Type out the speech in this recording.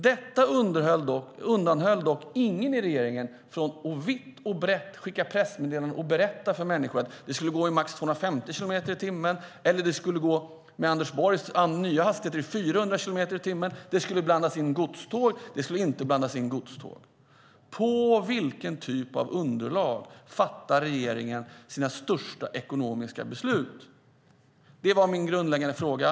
Detta fick ingen i regeringen att avhålla sig från att vitt och brett skicka pressmeddelanden och berätta för människor att det skulle gå i maximalt 250 kilometer i timmen eller med Anders Borgs nya hastigheter med 400 kilometer i timmen. Det skulle blandas in godståg, och det skulle inte blandas in godståg. På vilken typ av underlag fattar regeringen sina största ekonomiska beslut? Det var min grundläggande fråga.